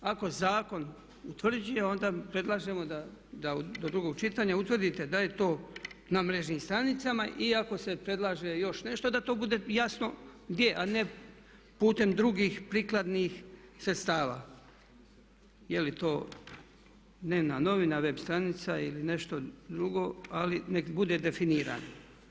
Ako zakon utvrđuje onda predlažemo da do drugog čitanja utvrdite da je to na mrežnim stranicama i ako se predlaže još nešto da to bude jasno gdje a ne putem drugih prikladnih sredstava, je li to dnevna novina, web stranica ili nešto drugo ali nek bude definirano.